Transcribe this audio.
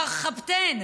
מרחבתיין.